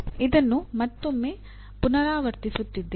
ಇದನ್ನು ಮತ್ತೊಮ್ಮೆ ಪುನರಾವರ್ತಿಸುತಿದ್ದೇವೆ